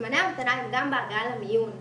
זמני ההמתנה הן גם בהגעה למיון,